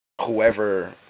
whoever